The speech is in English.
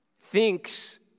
thinks